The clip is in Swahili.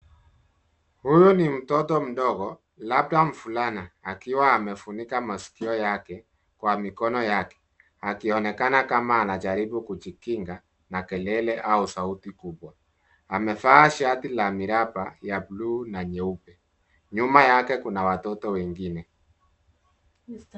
Huyo ni mtoto mdogo labda mvulana akiwa amefunika masikio yake kwa mikono yake akionekana kama anajaribu kujikinga na kelele au sauti kubwa. Amevaa shati la miraba ya bluu na nyeupe. Nyuma yake kuna watoto wengine.